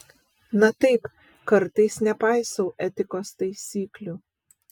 na taip kartais nepaisau etikos taisyklių